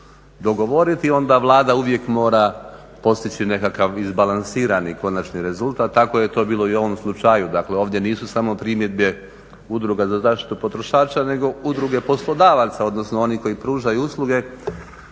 dogovoriti, onda Vlada uvijek mora postići nekakav izbalansirani konačni rezultat. Tako je bilo i u ovom slučaju, dakle ovdje nisu samo primjedbe udruga za zaštitu potrošača nego udruge poslodavaca odnosno oni koji pružaju usluge